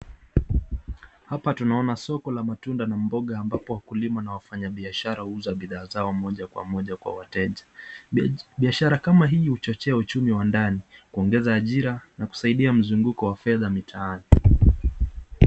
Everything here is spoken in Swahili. Hapa tunaona soko la matunda na mboga ambapo wakulima na wafanyi biashara huuza bidhaa zao moja kwa moja kwa wateja, biashara kama hii huchochea uchumi wa ndani, kuongeza ajira na kusaidia mzunguko wa fedha mitaani.